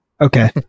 okay